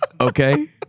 Okay